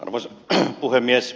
arvoisa puhemies